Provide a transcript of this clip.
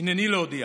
הינני להודיע